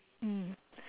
mm